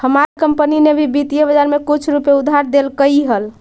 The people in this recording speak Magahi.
हमार कंपनी ने भी वित्तीय बाजार में कुछ रुपए उधार देलकइ हल